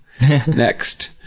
Next